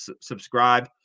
subscribe